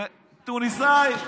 תוניסאי.